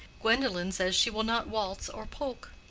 gwendolen says she will not waltz or polk.